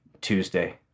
Tuesday